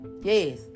Yes